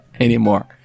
anymore